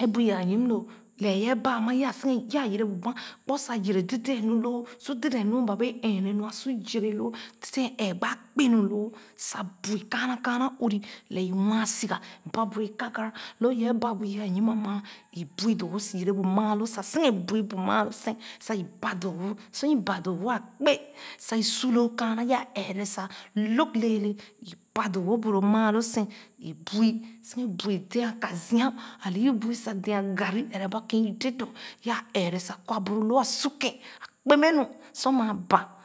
ee bu ye à yim lo lɛɛ ye ba ama yaa sèn-kèn yaa yɛrɛ bu bu ah kpor sa yɛrɛ dèdèn nu loo su dèdèn nu ba wɛɛ ɛɛ-ne nu su yɛrɛ loo dèdèn ɛɛh gba kpè nu loo sa bui kaana kaana uuri lɛɛ i nwaa sega ba bu ye kagara lo yɛ ba bu ye à yim ama i bui doo-wo yerɛ bu maalō sa sèn-kèn bui bu maalō sèn sa i ba doo-wo sor i ba doo-wo a kpē sa i su loo kaana yaa ɛɛre sa lōg lèè lɛ ba doo-wo bu lo maa lō i bui sèn-kèn bui dɛɛ ka zia ale i bui sa dɛɛ garn ɛrɛ ba kèn i dè doo yaa ɛɛrɛ sa kwa ba loo lo a su kèn a kpè mɛ nu sor maa ba.